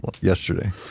yesterday